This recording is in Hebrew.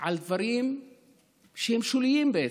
על דברים שהם שוליים בעצם,